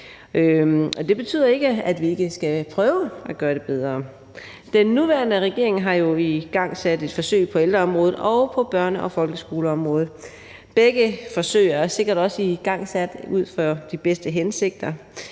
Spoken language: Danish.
det betyder ikke, at vi ikke skal prøve at gøre det bedre. Den nuværende regering har jo igangsat et forsøg på ældreområdet og på børne- og folkeskoleområdet. Begge forsøg er sikkert også igangsat ud fra de bedste hensigter,